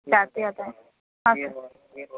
ಜಾತಿ ಆದಾಯ ಹಾಂ ಸ